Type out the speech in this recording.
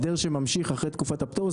הסדר שממשיך אחרי תקופת הפטור,